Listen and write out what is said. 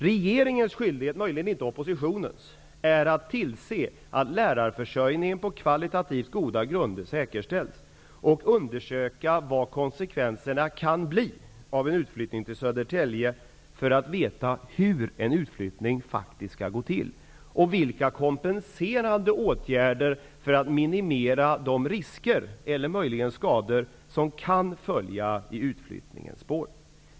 Regeringens skyldighet, men möjligen inte oppositionens, är att tillse att lärarförsörjningen på kvalitativt goda grunder säkerställs och att undersöka vilka konsekvenserna kan bli av en utflyttning till Södertälje. Detta är nödvändigt för att man skall få veta hur en utflyttning faktiskt kan gå till och vilka kompenserande åtgärder som måste vidtas för att man skall minimera de risker eller möjligen skador som kan följa i utflyttningens spår.